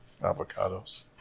Avocados